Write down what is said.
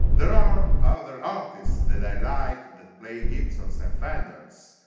there are other artists that i like that play gibsons and fenders,